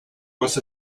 was